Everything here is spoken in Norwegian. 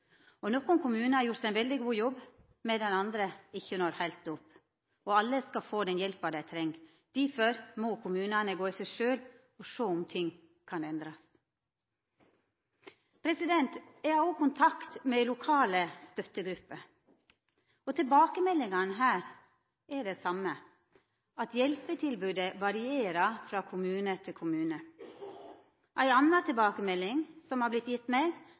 har gjort ein veldig god jobb, medan andre ikkje når heilt opp. Alle skal få den hjelpa dei treng, difor må kommunane gå i seg sjølve for å sjå om ting kan endrast. Eg har òg kontakt med lokale støttegrupper. Tilbakemeldingane her er dei same, at hjelpetilbodet varierer frå kommune til kommune. Ei anna tilbakemelding som eg har